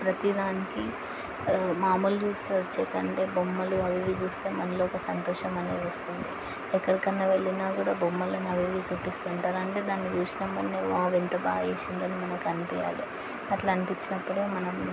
ప్రతి దానికి మామూలు చూస్తే వచ్చే కంటే బొమ్మలు అవి ఇవి చూస్తే మనలో ఒక సంతోషం అనేది వస్తుంది ఎక్కడికన్నా వెళ్ళినా కూడా బొమ్మలను అవి ఇవి చూపిస్తుంటారు అంటే దాన్ని చూసినప్పుడు వావ్ ఎంత బాగేసిండు అని మనకి అనిపించాలి అట్లా అనిపించినప్పుడే మనం